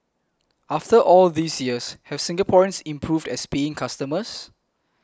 after all these years have Singaporeans improved as paying customers